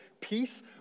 peace